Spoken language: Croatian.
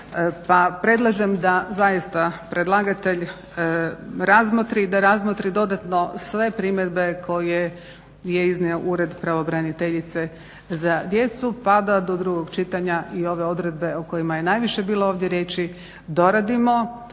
pa predlažem da zaista predlagatelj razmotri, da razmotri dodatno sve primjedbe koje je iznio ured pravobraniteljice za djecu pa da do drugog čitanja i ove odredbe o kojima je najviše bilo ovdje riječi doradimo,